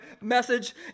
message